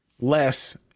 less